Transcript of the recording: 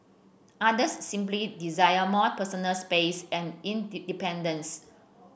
others simply desire more personal space and independence